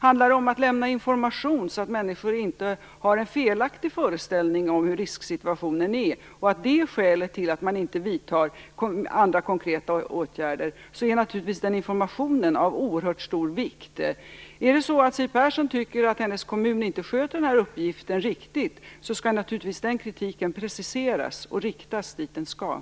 Handlar det om att lämna information så att människor inte har en felaktig föreställning om risksituationen, och är det skälet till att man inte vidtar andra konkreta åtgärder, är naturligtvis den informationen av oerhört stor vikt. Tycker Siw Persson att hennes kommun inte sköter uppgiften riktigt skall naturligtvis den kritiken preciseras och riktas dit den skall.